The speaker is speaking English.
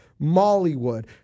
Mollywood